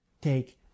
take